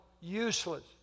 useless